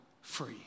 free